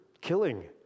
killing